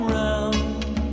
round